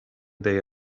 they